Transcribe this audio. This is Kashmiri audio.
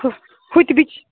ہُہ ہُتہِ بِچ